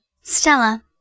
Stella